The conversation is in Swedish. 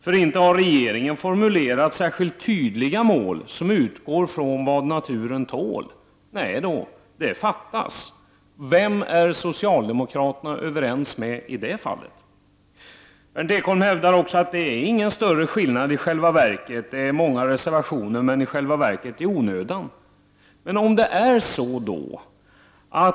För inte har regeringen formulerat särskilt tydliga mål, som utgår från vad naturen tål. Nej då, det fattas. Vem är socialdemokraterna överens med i det fallet? Det är många reservationer, men Berndt Ekholm hävdar att det i själva verket inte finns några större skillnader och att en del reservationer är onödiga.